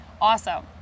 Awesome